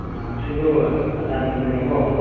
ꯑꯥ ꯁꯤꯕꯨ ꯑꯖꯥꯗ ꯑꯣꯏꯕꯤꯔꯕꯣ